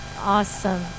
awesome